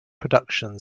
production